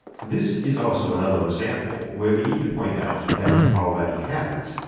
this is also another example where we need to point out that we already have it.